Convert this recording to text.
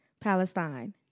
Palestine